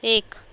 एक